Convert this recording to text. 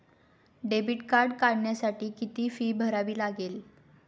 Debit card काढण्यासाठी किती fee भरावी लागते?